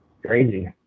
crazy